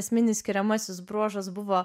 esminis skiriamasis bruožas buvo